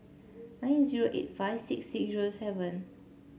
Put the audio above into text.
nine zero eight five six six zero seven